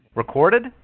Recorded